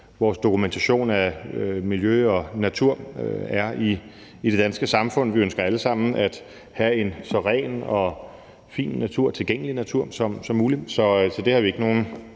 vores dokumentation af miljø og natur er i det danske samfund. Vi ønsker alle sammen at have en så ren og fin natur og tilgængelig natur, som muligt, så det har vi ikke nogen